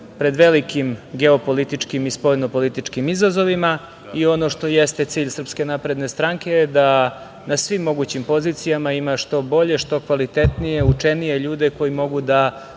pred velikim geopolitičkim i spoljnopolitičkim izazovima i ono što jeste cilj SNS je da na svim mogućim pozicijama ima što bolje, što kvalitetnije, učenije ljude, koji mogu da